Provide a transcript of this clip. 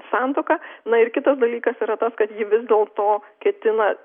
santuoka na ir kitas dalykas yra tas kad ji vis dėl to ketina